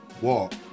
walk